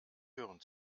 hören